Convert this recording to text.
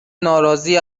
ناراضی